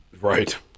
Right